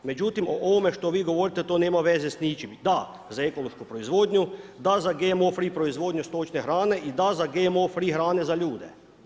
Međutim, o ovome što vi govorite to nema veze s ničim, da za ekološku proizvodnju, da za GMO free proizvodnju stočne hrane i da za GMO free hrane za ljude.